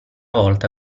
volta